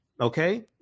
Okay